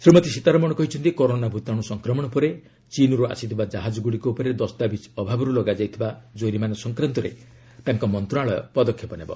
ଶ୍ରୀମତୀ ସୀତାରମଣ କହିଛନ୍ତି କରୋନା ଭୂତାଣୁ ସଂକ୍ରମଣ ପରେ ଚୀନ୍ରୁ ଆସିଥିବା କାହାଜଗୁଡ଼ିକ ଉପରେ ଦସ୍ତାବିଜ ଅଭାବରୁ ଲଗାଯାଇଥିବା କୋରିମାନା ସଂକ୍ରାନ୍ତରେ ତାଙ୍କ ମନ୍ତ୍ରଣାଳୟ ପଦକ୍ଷେପ ନେବ